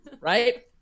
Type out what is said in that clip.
right